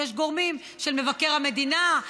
יש גורמים של מבקר המדינה,